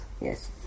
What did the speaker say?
Yes